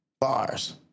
Bars